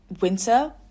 winter